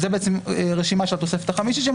אז זה בעצם רשימה של התוספת החמישית שהם